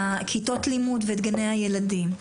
כיתות הלימוד ואת גני הילדים.